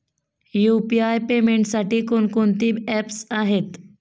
UPI पेमेंटसाठी कोणकोणती apps आहेत?